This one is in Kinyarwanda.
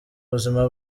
buzima